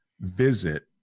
visit